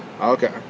Okay